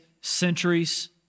centuries